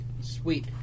Sweet